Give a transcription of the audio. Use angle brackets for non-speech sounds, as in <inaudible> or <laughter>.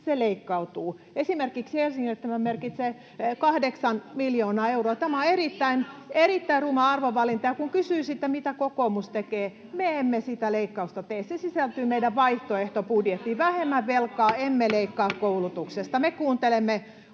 se leikkautuu. Esimerkiksi Helsingille tämä merkitsee kahdeksan miljoonaa euroa. [Veronika Honkasalon välihuuto] Tämä on erittäin ruma arvovalinta, ja kun kysyttiin, mitä kokoomus tekee, niin me emme sitä leikkausta tee. Se sisältyy meidän vaihtoehtobudjettiin: vähemmän velkaa, <noise> emme leikkaa koulutuksesta. Me kuuntelemme